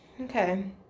Okay